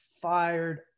fired